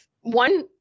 one